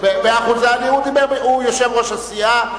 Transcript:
הוא יושב-ראש הסיעה.